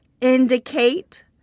indicate